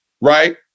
right